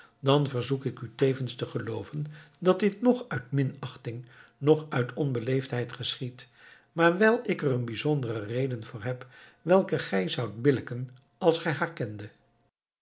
dan verzoek ik u tevens te gelooven dat dit noch uit minachting noch uit onbeleefdheid geschiedt maar wijl ik er een bijzondere reden voor heb welke gij zoudt billijken als gij haar kende